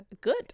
good